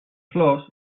flors